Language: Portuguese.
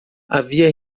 havia